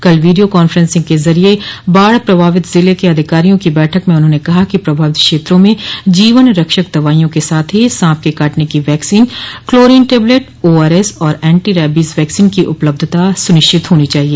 कल video conferencing के जरिये बाढ़ प्रभावित जिले के अधिकारियों की बैठक में उन्होंने कहा कि प्रभावित क्षेत्रों में जीवन रक्षक दवाइयों के साथ ही सांप के कांटने की वैक्सीन क्लोरीन टेबलेट ओआरएस और एंटी रैबीज वैक्सीन की उपलब्धता सुनिश्चित होनी चाहिए